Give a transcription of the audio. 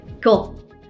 Cool